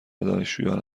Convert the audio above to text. دانشجویان